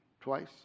twice